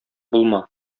булма